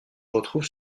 retrouve